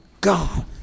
God